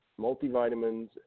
multivitamins